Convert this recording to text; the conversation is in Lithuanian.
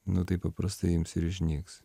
nu taip paprastai ims ir išnyks